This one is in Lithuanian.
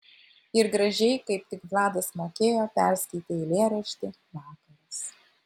ir gražiai kaip tik vladas mokėjo perskaitė eilėraštį vakaras